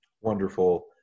Wonderful